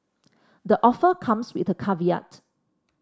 the offer comes with a caveat